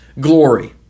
glory